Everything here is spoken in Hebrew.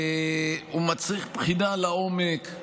הוא מצריך בחינה לעומק,